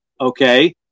Okay